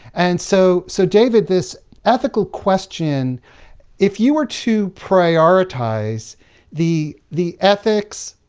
and so so, david, this ethical question if you were to prioritize the the ethics,